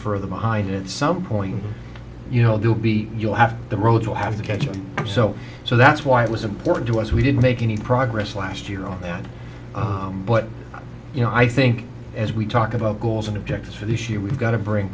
further behind it some point you know they'll be you'll have the roads will have to catch up so so that's why it was important to us we didn't make any progress last year on that but you know i think as we talk about goals and objectives for this year we've got to bring